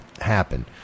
happen